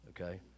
Okay